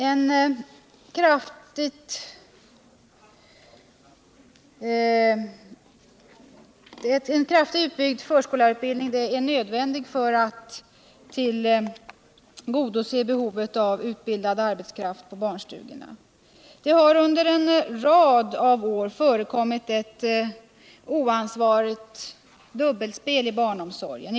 En kraftig utbyggnad av förskollärarutbildningen är nödvändig för att man skall kunna tillgodose behovet av utbildad arbetskraft på barnstugorna. Det har under en rad år förekommit ett oansvarigt dubbelspel när det gäller barnomsorgen.